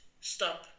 stop